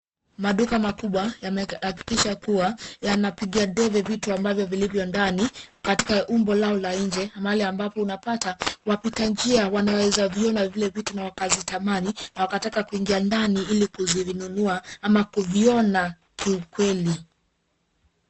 Maduka makubwa yamehakikisha kuwa yanapiga debe vitu ambavyo vilivyo ndani katika umbo lao la nje mahali ambapo unapata wapita njia wanaeza viona vile vitu na wakazitamani na kutaka kuingia ndani ili kuzinunua ama kuviona kiukweli.